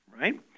right